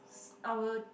our